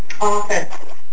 Office